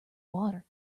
water